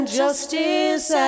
justice